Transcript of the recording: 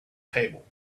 table